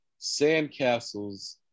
Sandcastles